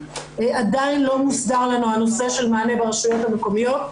עדיין לא מוסדר לנו הנושא של מענה ברשויות המקומיות.